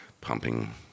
pumping